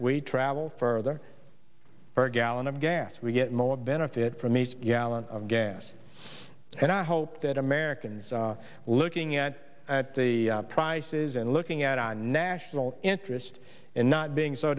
we travel further per gallon of gas we get more benefit from each yalla of gas and i hope that americans looking at the prices and looking at our national interest and not being so